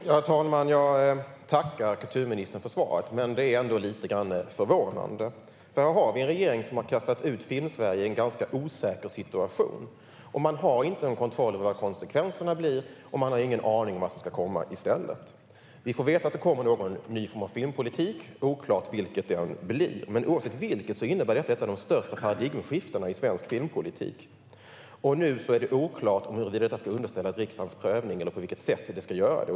Herr talman! Jag tackar kulturministern för svaret, men det är lite förvånande. Regeringen har kastat ut Filmsverige i en osäker situation, och man har ingen kontroll över vad konsekvenserna blir och ingen aning om vad som ska komma i stället. Vi får veta att det kommer någon ny form av filmpolitik, men det är oklart vilken den blir. Oavsett innebär det ett av de största paradigmskiftena i svensk filmpolitik. Nu är det dessutom oklart om detta ska underställas riksdagens prövning eller på vilket sätt det ska göra det.